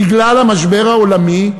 בגלל המשבר העולמי,